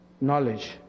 Knowledge